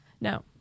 No